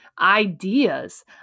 ideas